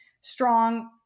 strong